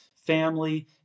family